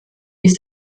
dies